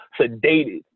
sedated